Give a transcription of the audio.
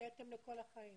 זה כתם לכל החיים.